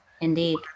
Indeed